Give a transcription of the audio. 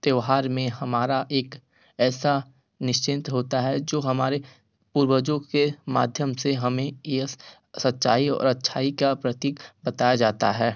त्योहार में हमारा एक ऐसा निश्चिन्त होता है जो हमारे पूर्वजों के माध्यम से हमें ये सच्चाई और अच्छाई का प्रतीक बताया जाता है